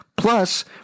Plus